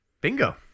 Bingo